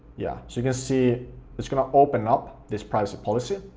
yeah, so you can see it's gonna open up this privacy policy,